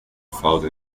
found